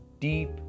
deep